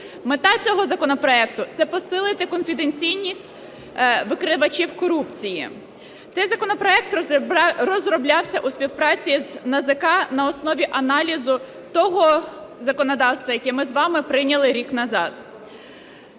Мета цього законопроекту – це посилити конфіденційність викривачів корупції. Цей законопроект розроблявся у співпраці з НАЗК на основі аналізу того законодавства, яке ми з вами прийняли рік назад.